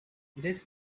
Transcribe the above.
this